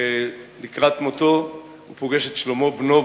שלקראת מותו הוא פוגש את שלמה בנו,